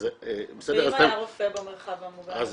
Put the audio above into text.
ואם היה רופא במרחב המוגן הזה?